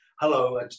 hello